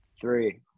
Three